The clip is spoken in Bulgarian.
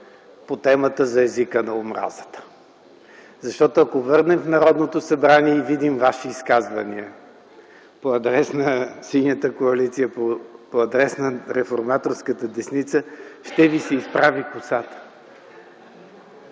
по темата за езика на омразата. Ако се върнем назад в Народното събрание и видим Вашите изказвания по адрес на Синята коалиция, по адрес на реформаторската десница, ще Ви се изправи косата!